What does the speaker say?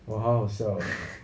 !wow! siao